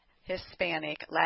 Hispanic